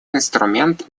инструмент